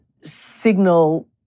signal